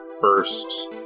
first